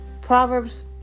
Proverbs